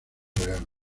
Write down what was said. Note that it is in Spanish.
real